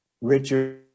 Richard